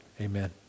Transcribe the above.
Amen